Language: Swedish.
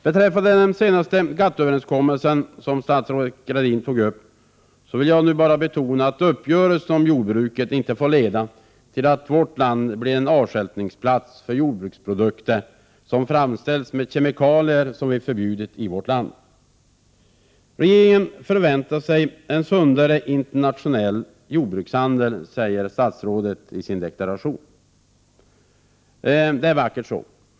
Beträffande den senaste GATT-överenskommelsen, som statsrådet Gradin berörde, vill jag nu bara betona att uppgörelsen om jordbruket inte får leda till att vårt land blir avstjälpningsplats för jordbruksprodukter som framställts med kemikalier som vi förbjudit i vårt land. Regeringen förväntar sig en sundare internationell jordbrukshandel, säger statsrådet i sin deklaration. Det är vackert så.